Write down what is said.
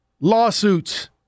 lawsuits